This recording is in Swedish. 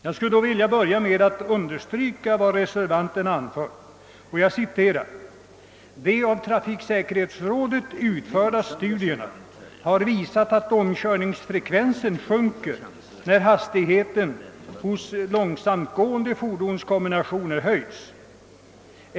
Jag vill då börja med att understryka vad reservanten anfört: »De av trafiksäkerhetsrådet utförda studierna har visat att omkörningsfrekvensen sjunker när hastigheten hos en långsamtgående fordonskombination höjs.